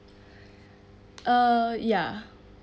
uh ya